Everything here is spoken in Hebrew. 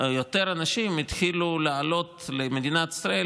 יותר אנשים התחילו לעלות למדינת ישראל